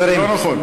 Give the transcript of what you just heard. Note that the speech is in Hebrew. חברים,